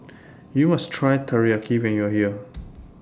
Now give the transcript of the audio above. YOU must Try Teriyaki when YOU Are here